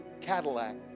Cadillac